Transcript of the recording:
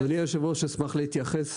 אדוני היושב ראש אשמח להתייחס.